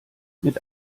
mit